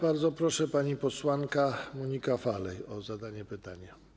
Bardzo proszę panią posłankę Monikę Falej o zadanie pytania.